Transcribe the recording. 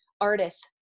artists